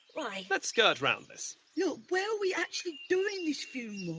why? let's skirt round this. look, where are we actually doing this funeral?